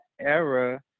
era